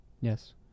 Yes